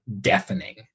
deafening